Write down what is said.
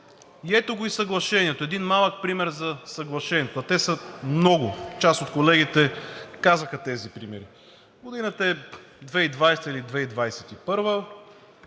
ето го и съглашението, един малък пример за съглашение, а те са много. Част от колегите казаха тези примери. Годината е 2020 или 2021,